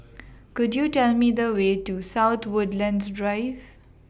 Could YOU Tell Me The Way to South Woodlands Drive